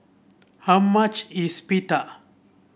how much is Pita